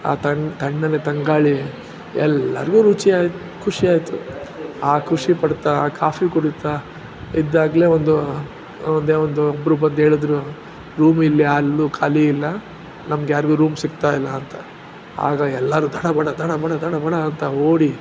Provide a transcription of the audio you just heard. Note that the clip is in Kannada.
ಆ ತಣ್ಣ ತಣ್ಣನೆ ತಂಗಾಳಿ ಎಲ್ಲಾ ರುಚಿಯಾಗಿ ಖುಷಿಯಾಯಿತು ಆ ಖುಷಿಪಡ್ತಾ ಆ ಕಾಫಿ ಕುಡಿತಾ ಇದ್ದಾಗಲೇ ಒಂದು ಒಂದೇ ಒಂದು ಒಬ್ರು ಬಂದು ಹೇಳಿದ್ರು ರೂಮ್ ಇಲ್ಲಿ ಎಲ್ಲೂ ಖಾಲಿ ಇಲ್ಲ ನಮ್ಗೆ ಯಾರಿಗೂ ರೂಮ್ ಸಿಗ್ತಾಯಿಲ್ಲ ಅಂತ ಆಗ ಎಲ್ಲರೂ ದಡಬಡ ದಡಬಡ ದಡಬಡ ಅಂತ ಓಡಿ